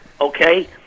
okay